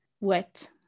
Wet